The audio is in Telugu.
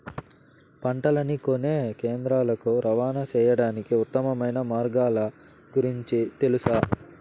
పంటలని కొనే కేంద్రాలు కు రవాణా సేయడానికి ఉత్తమమైన మార్గాల గురించి తెలుసా?